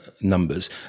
numbers